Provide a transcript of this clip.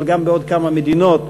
אבל גם בעוד כמה מדינות,